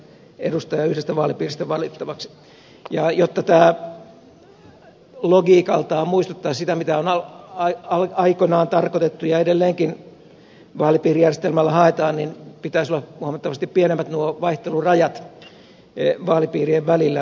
jotta tämä logiikaltaan muistuttaisi sitä mitä on aikoinaan tarkoitettu ja edelleenkin vaalipiirijärjestelmällä haetaan niin pitäisi olla huomattavasti pienemmät vaihtelurajat vaalipiirien välillä